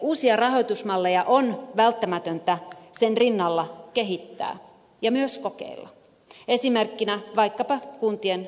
uusia rahoitusmalleja on välttämätöntä sen rinnalla kehittää ja myös kokeilla esimerkkinä vaikkapa kuntien aikaistamislainat